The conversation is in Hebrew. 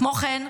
כמו כן,